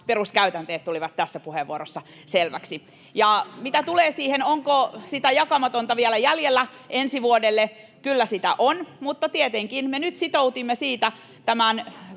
peruskäytänteet tulivat tässä puheenvuorossa selväksi. Ja mitä tulee siihen, onko sitä jakamatonta vielä jäljellä ensi vuodelle, niin kyllä sitä on, mutta tietenkin me nyt sitoutimme siitä tämän